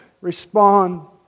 respond